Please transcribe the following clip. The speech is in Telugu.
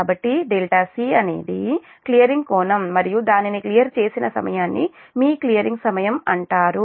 కాబట్టి c అనేది క్లియరింగ్ కోణం మరియు దానిని క్లియర్ చేసిన సమయాన్ని మీ క్లియరింగ్ సమయం అంటారు